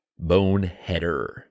Boneheader